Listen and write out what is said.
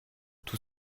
tous